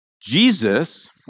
Jesus